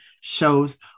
shows